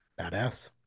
Badass